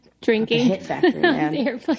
drinking